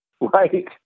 Right